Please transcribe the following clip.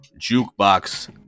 Jukebox